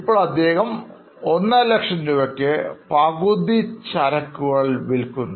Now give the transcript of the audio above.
ഇപ്പോൾ അദ്ദേഹം 150000രൂപയ്ക്ക് പകുതി ചരക്കുകൾ വിൽക്കുന്നു